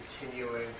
continuing